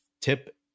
tip